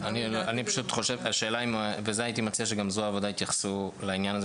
אני מציע שגם זרוע העבודה יתייחסו בעניין הזה